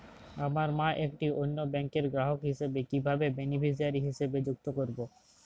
আমার মা একটি অন্য ব্যাংকের গ্রাহক হিসেবে কীভাবে বেনিফিসিয়ারি হিসেবে সংযুক্ত করব?